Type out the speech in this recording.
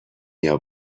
دنیا